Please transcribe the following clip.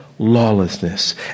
Lawlessness